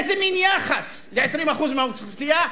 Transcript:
איזה מין יחס ל-20% מהאוכלוסייה,